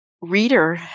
reader